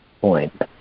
point